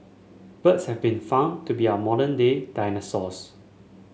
birds have been found to be our modern day dinosaurs